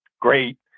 Great